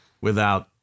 without-